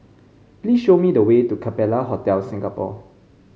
please show me the way to Capella Hotel Singapore